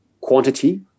quantity